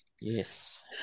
Yes